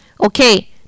Okay